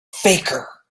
faker